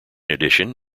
addition